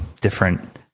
different